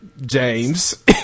James